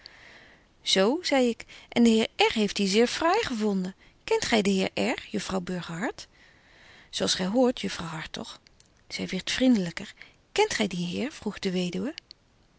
zei ik en de heer r heeft die zeer fraai gevonden kent gy den heer r juffrouw burgerhart zo als gy hoort juffrouw hartog zy wierdt vriendelyker kent gy dien heer vroeg de weduwe